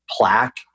plaque